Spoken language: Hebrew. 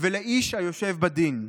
ולאיש היושב בדין.